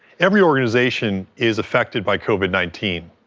every organization is affected by covid nineteen.